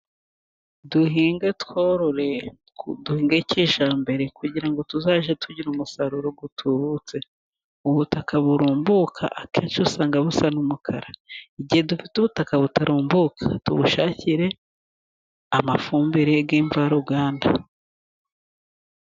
Duhinge, tworore, duhinge kijyambere, kugira ngo tuzajye tugira umusaruro utubutse, ubutaka burumbuka akenshi usanga busa n' umukara, igihe dufite ubutaka butarumbuka tubushakire amafumbire mvaruganda.